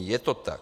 Je to tak.